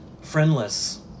friendless